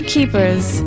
Keepers